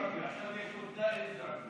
עכשיו יש להם את נאיל.